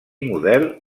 model